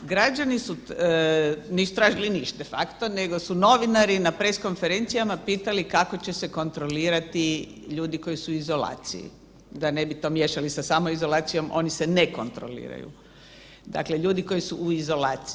Građani nisu tražili ništa de facto nego su novinari na press konferencijama pitali kako će se kontrolirati ljudi koji su u izolaciji, da ne bi to miješali sa samoizolacijom, oni se ne kontroliraju, dakle ljudi koji su u izolaciji.